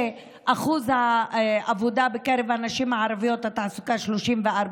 שאחוז העבודה והתעסוקה בקרב הנשים הערביות הוא 34%